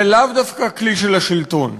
ולאו דווקא כלי של השלטון.